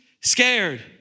scared